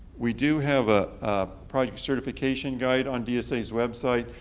we do have a project certification guide on dsa's website.